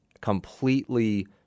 completely